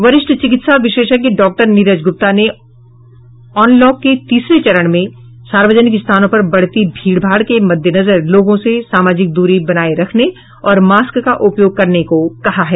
वरिष्ठ चिकित्सा विशेषज्ञ डॉक्टर नीरज ग्रप्ता ने ऑनलॉक के तीसरे चरण में सार्वजनिक स्थानों पर बढ़ती भीड़ भाड़ के मद्देनजर लोगों से सामाजिक दूरी बनाये रखने और मास्क का उपयोग करने को कहा है